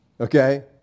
Okay